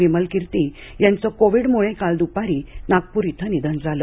विमलकिर्ती यांचे कोविडमुळे काल द्पारी नागपूर इथं निधन झाल